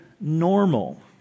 normal